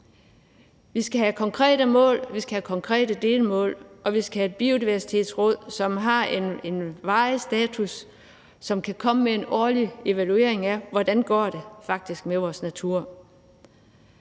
Vi skal have konkrete mål, vi skal have konkrete delmål, og vi skal have et Biodiversitetsråd, som har en varig status, og som kan komme med en årlig evaluering af, hvordan det faktisk går med vores natur.